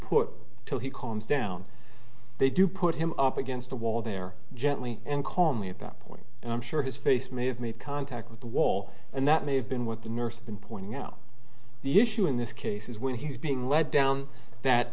put to he calms down they do put him up against the wall there gently and call me at that point and i'm sure his face may have made contact with the wall and that may have been what the nurse been pointing out the issue in this case is when he's being led down that